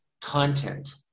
content